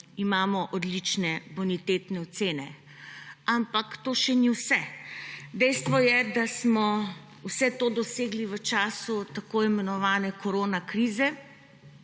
imamo odlične bonitetne ocene. Ampak to še ni vse. Dejstvo je, da smo vse to dosegli v času tako imenovane koronakrize